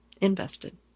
invested